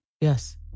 yes